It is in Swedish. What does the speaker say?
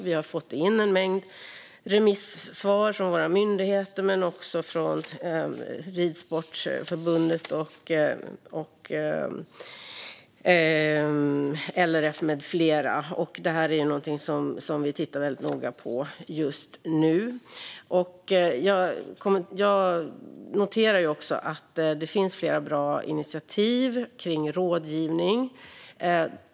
Vi har fått in en mängd remissvar från våra myndigheter men också från Svenska Ridsportförbundet, LRF med flera. Det är någonting som vi tittar väldigt noga på just nu. Jag noterar också att det finns flera bra initiativ kring rådgivning.